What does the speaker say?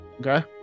Okay